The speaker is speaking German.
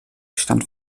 stand